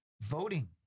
voting